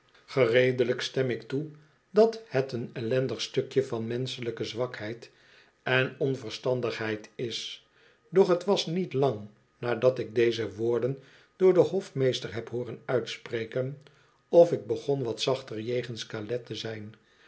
gereedelijk stem ik toe dat het een ellendig stukje van menschelijke zwakheid en onverstandigheid is doch t was niet lang nadat ik deze woorden door den hofmeester heb hooren uitspreken of ik begon wat zachter jegens ca te zijn